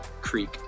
Creek